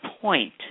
point